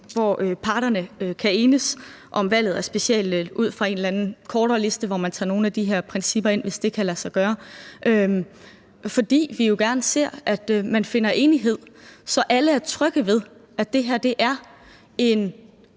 hvor parterne kan enes om valget af speciallæge ud fra en eller anden kortere liste, hvor man tager nogle af de principper ind, hvis det kan lade sig gøre. For vi ser jo gerne, at man finder enighed, så alle er trygge ved, at det her er en